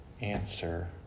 answer